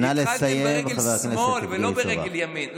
התחלתם ברגל שמאל ולא ברגל ימין.